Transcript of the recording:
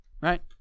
right